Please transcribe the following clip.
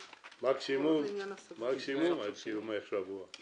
מקסימום בתוך שבוע.